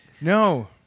No